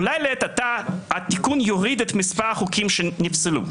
אולי לעת עתה התיקון יוריד את מספר החוקים שנפסלו,